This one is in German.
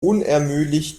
unermüdlich